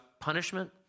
punishment